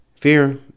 Fear